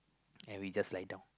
and we just lie down